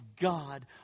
God